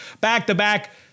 back-to-back